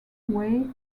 way